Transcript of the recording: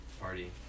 party